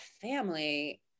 family